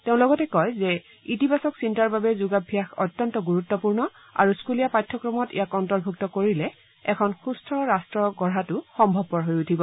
তেওঁ লগতে কয় যে ইতিবাচক চিন্তাৰ বাবে যোগাভ্যাস অত্যন্ত গুৰুত্বপূৰ্ণ আৰু স্থুলীয়া পাঠ্যক্ৰমত ইয়াক অন্তৰ্ভূক্ত কৰিলে এখন সুস্থ ৰাষ্ট্ৰ গঢ়াটো সম্ভৱপৰ হৈ উঠিব